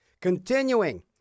Continuing